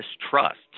distrust